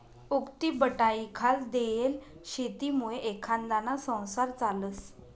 उक्तीबटाईखाल देयेल शेतीमुये एखांदाना संसार चालस